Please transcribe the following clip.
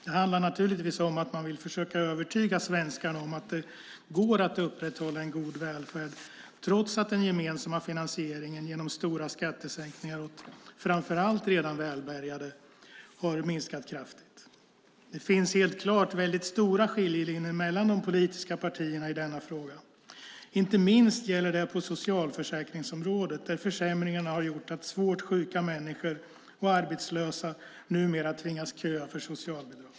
Det handlar naturligtvis om att man vill försöka övertyga svenskarna om att det går att upprätthålla en god välfärd trots att den gemensamma finansieringen har minskat kraftigt genom stora skattesänkningar åt framför allt redan välbärgade. Det finns helt klart väldigt stora skiljelinjer mellan de politiska partierna i denna fråga. Inte minst gäller det på socialförsäkringsområdet, där försämringarna har gjort att svårt sjuka människor och arbetslösa numera tvingas köa för socialbidrag.